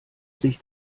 sich